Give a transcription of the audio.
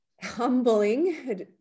humbling